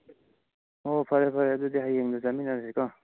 ꯑꯣ ꯐꯔꯦ ꯐꯔꯦ ꯑꯗꯨꯗꯤ ꯍꯌꯦꯡꯗꯨ ꯆꯠꯃꯤꯟꯅꯔꯁꯤꯀꯣ